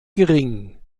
gering